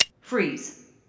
Freeze